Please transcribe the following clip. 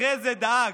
אחרי זה דאג